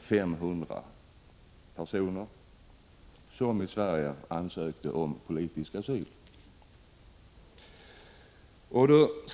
500 personer som ansökte om politisk asyli Sverige.